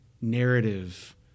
narrative